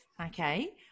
okay